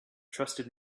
trusted